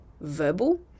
verbal